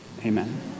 Amen